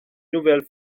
nouvelle